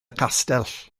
castell